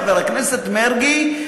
חבר הכנסת מרגי,